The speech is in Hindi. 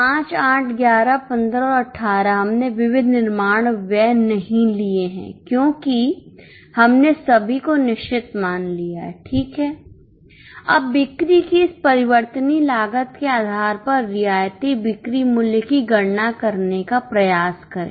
5 81115 और 18 हमने विविध निर्माण व्यय नहीं लिए हैं क्योंकि हमने सभी को निश्चित मान लिया है ठीक है अब बिक्री की इस परिवर्तनीय लागत के आधार पर रियायती बिक्री मूल्य की गणना करने का प्रयास करें